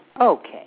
Okay